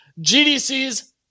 gdc's